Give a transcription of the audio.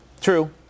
True